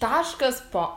taškas po